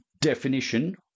definition